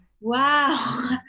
Wow